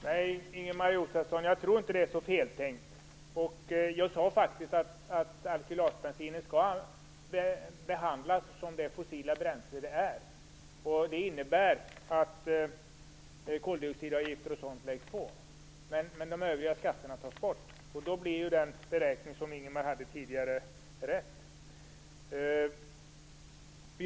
Herr talman! Nej, Ingemar Josefsson, jag tror inte att det är så feltänkt. Jag sade faktiskt att alkylatbensinen skall behandlas som det fossila bränsle det är. Det innebär att koldioxidavgifter osv. läggs på. Men de övriga skatterna tas bort. Då blir den beräkning som Ingemar Josefsson gjorde tidigare riktig.